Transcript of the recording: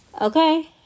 Okay